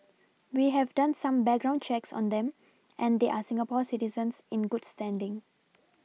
we have done some background checks on them and they are Singapore citizens in good standing